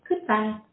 Goodbye